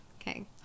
Okay